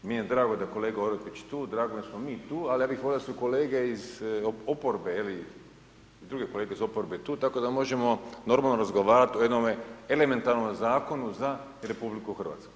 Meni je drago da kolega Orepić je tu, drago mi je da smo mi tu, ali ja bih volio da su kolege iz oporbe je li, druge kolege iz oporbe tu tako da možemo normalno razgovarati o jednome elementarnome zakonu za RH.